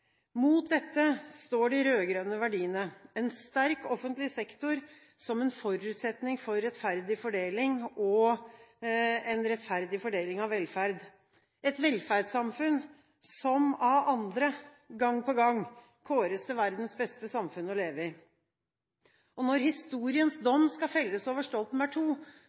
Mot dette står de rød-grønne verdiene: en sterk offentlig sektor som en forutsetning for rettferdig fordeling, og en rettferdig fordeling av velferd – et velferdssamfunn som av andre gang på gang kåres til verdens beste samfunn å leve i. Når historiens dom skal felles over Stoltenberg II,